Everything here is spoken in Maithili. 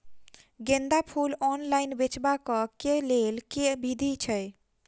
गेंदा फूल ऑनलाइन बेचबाक केँ लेल केँ विधि छैय?